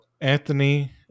Anthony